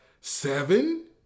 Seven